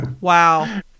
Wow